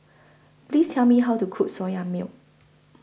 Please Tell Me How to Cook Soya Milk